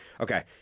Okay